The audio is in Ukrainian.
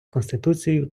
конституцією